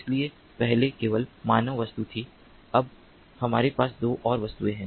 इसलिए पहले केवल मानव वस्तु थी अब हमारे पास दो और वस्तुएं हैं